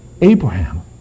Abraham